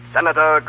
Senator